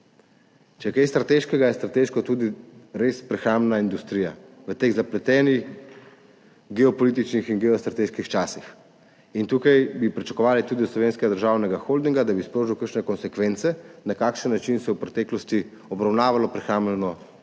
je kaj strateškega, je strateška tudi prehrambna industrija v teh zapletenih geopolitičnih in geostrateških časih. Tukaj bi pričakovali tudi od Slovenskega državnega holdinga, da bi sprožil kakšne konsekvence, na kakšen način se je v preteklosti obravnavalo prehrambno industrijo